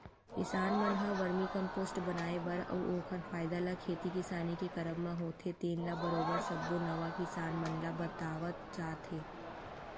किसान मन ह वरमी कम्पोस्ट बनाए बर अउ ओखर फायदा ल खेती किसानी के करब म होथे तेन ल बरोबर सब्बो नवा किसान मन ल बतावत जात हे